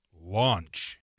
launch